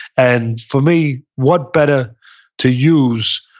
and for me, what better to use,